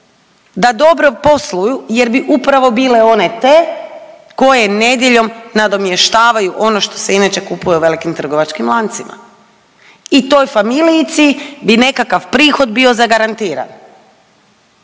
da dobro posluju jer bi upravo bile one te koje nedjeljom nadomještavaju ono što se inače kupuje u velikim trgovačkim lancima. I toj familijici bi nekakav prihod bio zagarantiran,